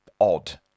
odd